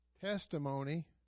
testimony